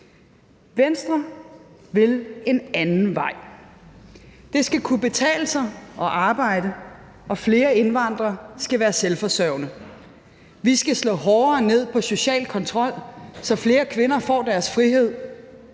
Venstre vil en anden vej. Det skal kunne betale sig at arbejde, og flere indvandrere skal være selvforsørgende. Vi skal slå hårdere ned på social kontrol, så flere kvinder får deres frihed.